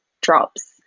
drops